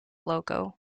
logo